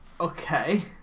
Okay